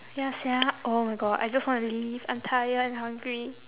ya sia oh my god I just want to leave I'm tired and hungry